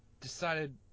Decided